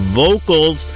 vocals